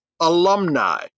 alumni